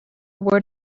word